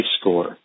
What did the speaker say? score